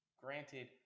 granted